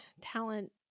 talent